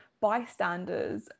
bystanders